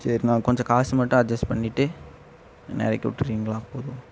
சரிண்ணா கொஞ்சம் காசு மட்டும் அட்ஜஸ் பண்ணிட்டு என்னை இறக்கி விட்டுறீங்களா